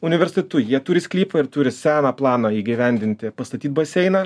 universitetu jie turi sklypą ir turi seną planą įgyvendinti pastatyt baseiną